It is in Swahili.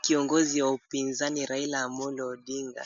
Kiongozi wa upinzani Raila Amollo Odinga